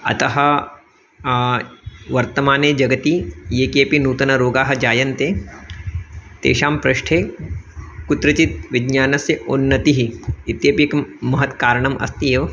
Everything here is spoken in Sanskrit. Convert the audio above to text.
अतः वर्तमाने जगति ये केपि नूतनरोगाः जायन्ते तेषां पृष्ठे कुत्रचित् विज्ञानस्य उन्नतिः इत्यपि एकं महत् कारणम् अस्ति एव